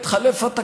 אין שום בעיה.